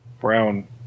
Brown